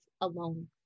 alone